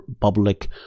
public